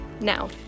Now